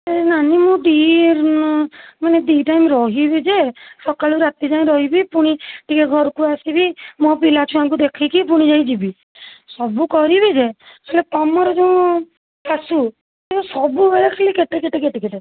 ଏ ନାନୀ ମୁଁ ଦୁଇ ଟାଇମ୍ ରହିବି ଯେ ସଖାଳୁ ରାତି ଯାଏଁ ରହିବି ପୁଣି ଟିକେ ଘରକୁ ଆସିବି ମୋ ପିଲା ଛୁଆଙ୍କୁ ଦେଖିକି ପୁଣି ଯାଇକି ଯିବି ସବୁ କରିବି ଯେ ହେଲେ ତମର ଯେଉଁ ଶାଶୂ ସବୁବେଳେ ଖାଲି କେଟେ କେଟେ କେଟେ କେଟେ